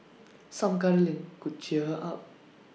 some cuddling could cheer her up